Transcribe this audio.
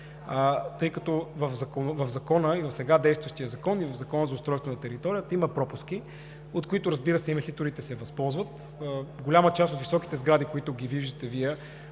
тъй като и в сега действащия закон и в Закона за устройство на територията има пропуски, от които, разбира се, инвеститорите се възползват. Голяма част от високите сгради, които виждате в